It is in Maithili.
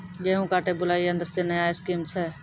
गेहूँ काटे बुलाई यंत्र से नया स्कीम छ?